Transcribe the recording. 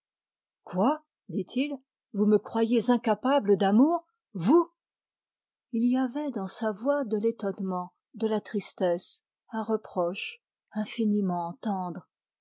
quoi dit-il vous me croyez incapable d'amour vous il y avait dans sa voix un reproche infiniment tendre